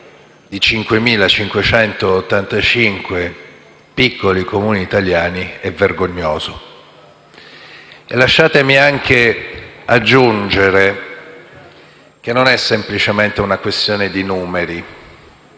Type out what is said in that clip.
di 5.585 piccoli Comuni italiani è vergognoso. Lasciatemi anche aggiungere che non è semplicemente una questione di numeri.